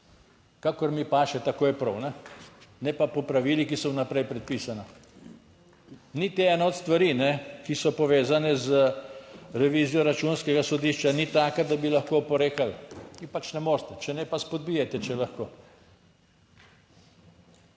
kakor mi paše, tako je prav, ne pa po pravilih, ki so vnaprej predpisana. Niti ena od stvari, ki so povezane z revizijo Računskega sodišča ni taka, da bi lahko oporekali in pač ne morete, če ne pa izpodbijate, če lahko.